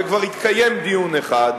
וכבר התקיים דיון אחד,